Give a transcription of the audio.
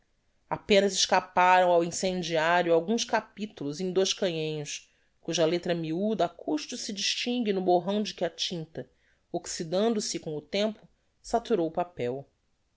apenas escaparam ao incendiario alguns capitulos em dois canhenhos cuja lettra miuda á custo se distingue no borrão de que a tinta oxydando se com o tempo saturou o papel